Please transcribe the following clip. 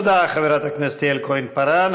תודה לחברת הכנסת יעל כהן-פארן.